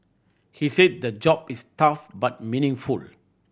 he said the job is tough but meaningful